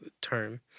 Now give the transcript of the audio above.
term